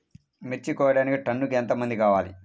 మిర్చి కోయడానికి టన్నుకి ఎంత మంది కావాలి?